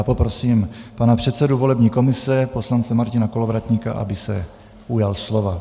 Poprosím pana předsedu volební komise, poslance Martina Kolovratníka, aby se ujal slova.